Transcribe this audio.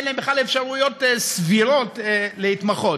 אין להם בכלל אפשרויות סבירות להתמחות,